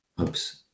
Oops